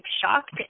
shocked